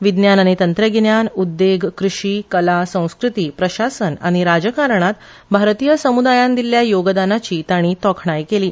विज्ञान आनी तंत्रगिन्यान उद्देग कृशी कला संस्कृती प्रशासन आनी राजकारणात भारतीय सम्दायान दिल्ल्या योगदानाची तांणी तोखणाय केली